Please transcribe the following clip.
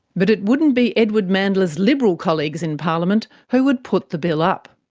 but it wouldn't be edward mandla's liberal colleagues in parliament who would put the bill up.